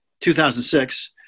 2006